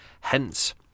hence